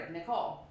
Nicole